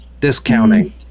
discounting